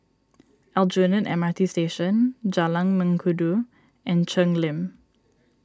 Aljunied M R T Station Jalan Mengkudu and Cheng Lim